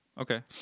Okay